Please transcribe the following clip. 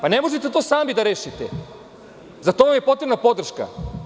Ne možete to sami da rešite za to vam je potrebna podrška.